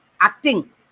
acting